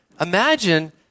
Imagine